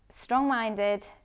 strong-minded